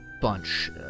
bunch